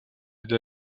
для